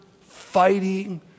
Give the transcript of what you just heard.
fighting